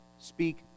speak